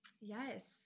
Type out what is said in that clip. Yes